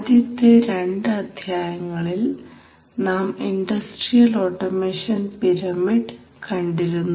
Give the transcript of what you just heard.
ആദ്യത്തെ രണ്ട് അദ്ധ്യായങ്ങളിൽ നാം ഇൻഡസ്ട്രിയൽ ഓട്ടോമേഷൻ പിരമിഡ് കണ്ടിരുന്നു